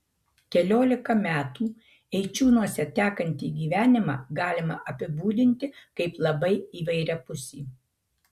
keliolika metų eičiūnuose tekantį gyvenimą galima apibūdinti kaip labai įvairiapusį